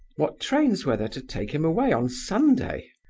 what trains were there to take him away on sunday?